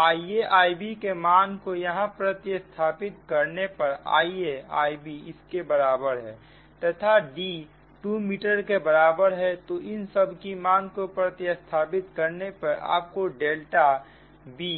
तो IaIbके मान को यहां प्रतिस्थापित करने पर IaIb इसके बराबर है तथा D 2 मीटर के बराबर है तो इन सब की मान को प्रतिस्थापित करने पर आप को डेल्टा b